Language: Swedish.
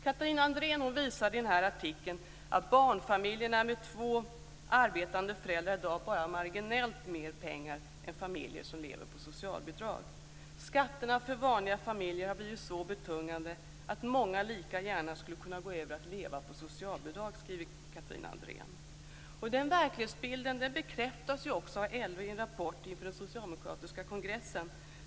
Catharina Andréen visar i den här artikeln att barnfamiljer med två arbetande föräldrar i dag bara har marginellt mer pengar än familjer som lever på socialbidrag. Skatterna för vanliga familjer har blivit så betungande att många lika gärna skulle kunna övergå till att leva på socialbidrag, skriver Catharina Den verklighetsbilden bekräftas av LO i en rapport inför den socialdemokratiska kongressen.